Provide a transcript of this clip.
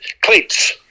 cleats